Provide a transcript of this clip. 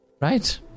right